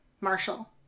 Marshall